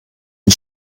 die